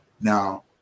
Now